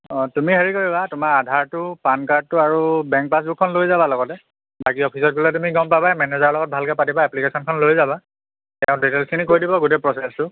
অ' তুমি হেৰি কৰিবা তোমাৰ আধাৰটো পান কাৰ্ডটো আৰু বেংক পাছবুকখন লৈ যাবা লগতে বাকি অফিচত গ'লে তুমি গম পাবাই মেনেজাৰৰ লগত ভালকৈ পাতিবা এপ্লিকেশ্যনখন লৈ যাবা তেওঁ ডিটেইলছখিনি কৈ দিব গোটেই প্ৰচেছটো